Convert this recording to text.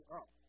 up